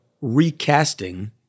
recasting